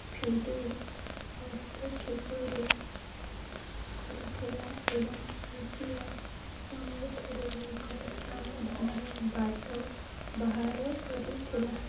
FIDE ହସ୍ତକ୍ଷେପ କରିଥିଲା ଏବଂ ରୁଷୀୟ ସମର୍ଥନରେ ଏକ ସମାଧାନର ବାଟ ବାହାର କରିଥିଲା